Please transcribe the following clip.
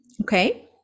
okay